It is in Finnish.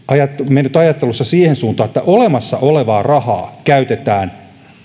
mennyt ajattelussa siihen suuntaan että olemassa olevaa rahaa käytetään